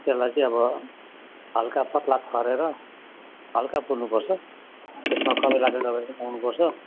त्यसलाई चाहिँ अब हल्का पत्ला छरेर हल्का पुर्नु पर्छ त्यसमा कमिलाको दबाई पनि लाउनु पर्छ